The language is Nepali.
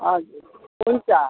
हजुर हुन्छ